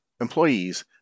employees